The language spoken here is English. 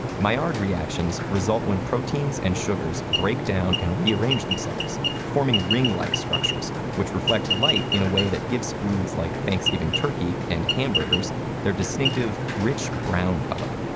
maillard reactions result when proteins and sugars break down and rearrange themselves, forming ring-like structures, which reflect light in a way that gives foods like thanksgiving turkey and hamburgers their distinctive, rich brown color.